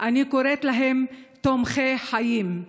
אני קוראת להם תומכי חיים.